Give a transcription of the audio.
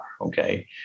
Okay